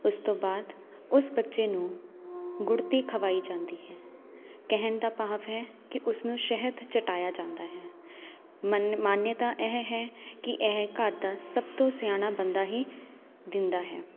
ਉਸ ਤੋਂ ਬਾਅਦ ਉਸ ਬੱਚੇ ਨੂੰ ਗੁੜਤੀ ਖਵਾਈ ਜਾਂਦੀ ਹੈ ਕਹਿਣ ਦਾ ਭਾਵ ਹੈ ਕਿ ਉਸਨੂੰ ਸ਼ਹਿਦ ਚਟਾਇਆ ਜਾਂਦਾ ਹੈ ਮਨ ਮਾਨਤਾ ਇਹ ਹੈ ਕਿ ਇਹ ਘਰ ਦਾ ਸਭ ਤੋਂ ਸਿਆਣਾ ਬੰਦਾ ਹੀ ਦਿੰਦਾ ਹੈ